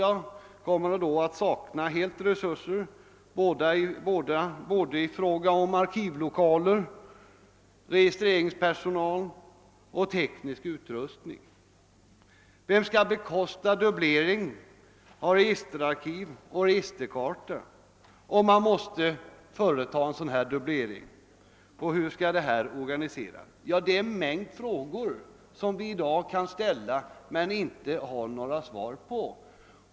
Jag tror att staten då helt kommer att sakna resurser i fråga om arkivlokaier, registreringspersonal och teknisk utrustning. Vem skall bekosta dubblering av registerarkiv och registerkarta, om man måste företa en Ssådan dubblering, och hur skall den organiseras? Det är en mängd frågor som vi i dag kan ställa men inte har några svar på.